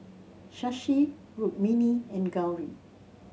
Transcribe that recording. Shashi Rukmini and Gauri